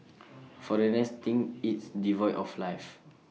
foreigners think it's devoid of life